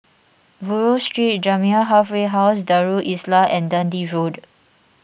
Buroh Street Jamiyah Halfway House Darul Islah and Dundee Road